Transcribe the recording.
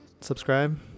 subscribe